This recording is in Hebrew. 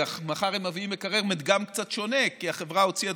ומחר הם מביאים מקרר מדגם קצת שונה כי החברה הוציאה,